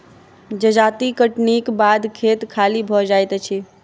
जजाति कटनीक बाद खेत खाली भ जाइत अछि